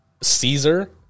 Caesar